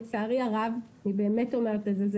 לצערי הרב אני באמת אומרת את זה,